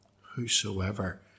Whosoever